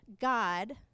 God